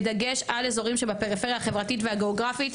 בדגש על אזורים שבפריפריה החברתית והגאוגרפית,